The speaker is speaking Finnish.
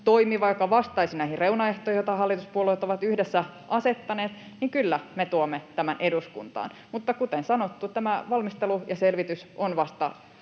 joka vastaisi näihin reunaehtoihin, joita hallituspuolueet ovat yhdessä asettaneet, niin kyllä me tuomme tämän eduskuntaan, mutta kuten sanottu, valmistelu ja selvitys ovat vasta